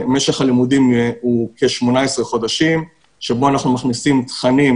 משך הלימודים הוא כ-18 חודשים שבו אנחנו מכניסים תכנים